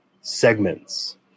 segments